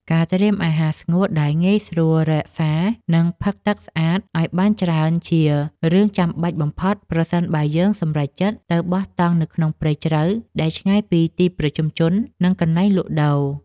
ការត្រៀមអាហារស្ងួតដែលងាយស្រួលរក្សាទុក និង ទឹកផឹកស្អាតឱ្យបានច្រើនជារឿងចាំបាច់បំផុតប្រសិនបើយើងសម្រេចចិត្តទៅបោះតង់នៅក្នុងព្រៃជ្រៅដែលឆ្ងាយពីទីប្រជុំជន និង កន្លែងលក់ដូរ។